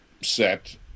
set